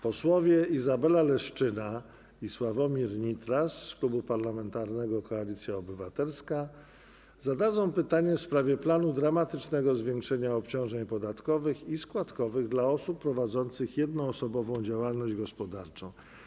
Posłowie Izabela Leszczyna i Sławomir Nitras z Klubu Parlamentarnego Koalicja Obywatelska zadadzą pytanie w sprawie planu dramatycznego zwiększenia obciążeń podatkowych i składkowych dla osób prowadzących jednoosobową działalność gospodarczą.